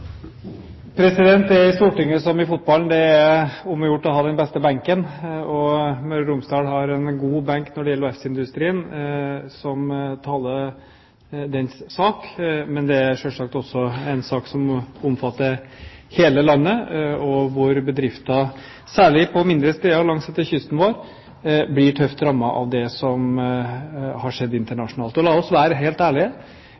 Det er i Stortinget som i fotballen, det er om å gjøre å ha den beste benken, og når det gjelder verftsindustrien, har Møre og Romsdal en god benk som taler dens sak. Men det er selvsagt også en sak som omfatter hele landet, og hvor bedriftene, særlig på mindre steder langsetter kysten vår, blir tøft rammet av det som har skjedd internasjonalt. La oss være helt ærlige: